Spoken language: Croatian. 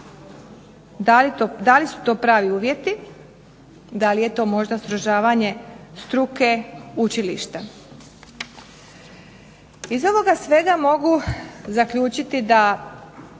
DA li su to pravi uvjeti? Da li je to možda srozavanje struke učilišta? Iz ovoga svega moram zaključiti nije